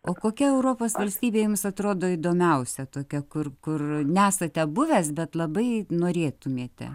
o kokia europos valstybė jums atrodo įdomiausia tokia kur kur nesate buvęs bet labai norėtumėte